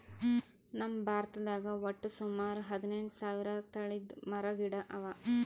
ನಮ್ ಭಾರತದಾಗ್ ವಟ್ಟ್ ಸುಮಾರ ಹದಿನೆಂಟು ಸಾವಿರ್ ತಳಿದ್ ಮರ ಗಿಡ ಅವಾ